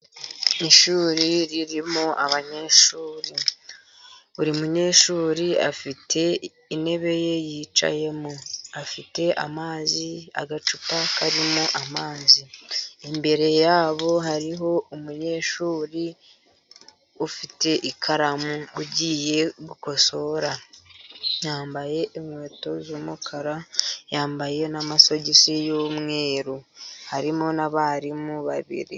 Ishuri ririmo abanyeshuri. Buri munyeshuri afite intebe ye yicayemo, afite amazi, agacupa karimo amazi. Imbere ya bo hariho umunyeshuri ufite ikaramu ugiye gukosora. Yambaye inkweto z'umukara, yambaye n' amasosogisi y'umweru. Harimo n'abarimu babiri.